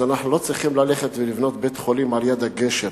אנחנו לא צריכים ללכת ולבנות בית-חולים ליד הגשר.